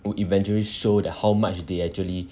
would eventually show that how much they actually